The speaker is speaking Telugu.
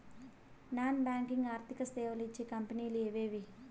నాన్ బ్యాంకింగ్ ఆర్థిక సేవలు ఇచ్చే కంపెని లు ఎవేవి?